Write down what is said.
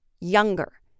younger